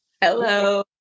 Hello